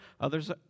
Others